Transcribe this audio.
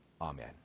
Amen